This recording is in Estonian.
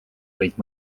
võid